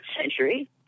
century